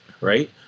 Right